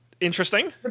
interesting